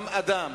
גם אדם,